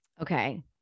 Okay